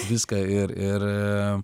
viską ir ir